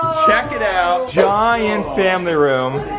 check it out. giant family room.